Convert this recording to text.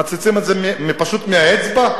מוצצים את זה פשוט מהאצבע?